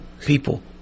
people